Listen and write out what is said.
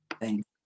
Thank